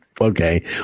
Okay